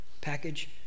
package